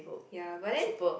ya but then